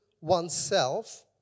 oneself